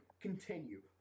continue